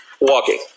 walking